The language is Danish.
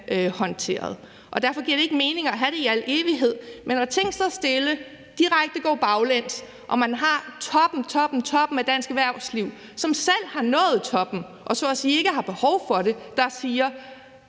håndteret, og derfor giver det ikke mening at have dem i al evighed. Men når tingene står stille eller de direkte går baglæns og man har toppen – toppen – af dansk erhvervsliv, altså dem, som selv har nået toppen, og som så at sige ikke har behov for det, der siger,